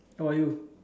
how about you